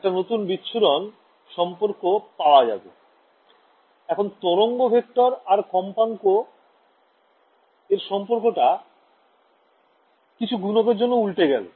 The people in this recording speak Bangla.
একটা নতুন বিচ্ছুরণ সম্পর্ক পাওয়া যাবে এখন তরঙ্গ ভেক্টর আর কম্পাঙ্ক এর সম্পর্ক টা কিছু গুণকের জন্য উল্টে গেল